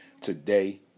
today